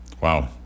Wow